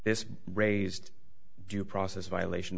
this raised due process violation